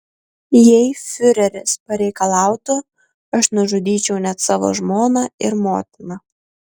jei fiureris pareikalautų aš nužudyčiau net savo žmoną ir motiną